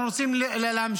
אנחנו רוצים להמשיך